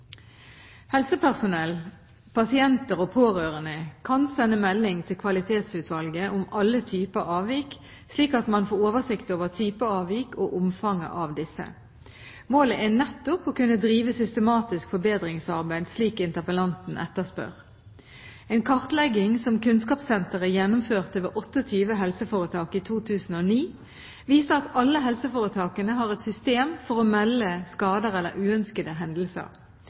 Helsepersonell, pasienter og pårørende kan sende melding til kvalitetsutvalget om alle typer avvik, slik at man får oversikt over type avvik og omfanget av disse. Målet er nettopp å kunne drive systematisk forbedringsarbeid, slik interpellanten etterspør. En kartlegging som Kunnskapssenteret gjennomførte ved 28 helseforetak i 2009, viste at alle helseforetakene har et system for å melde skader eller uønskede hendelser.